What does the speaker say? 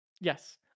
yes